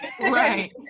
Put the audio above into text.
Right